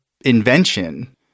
invention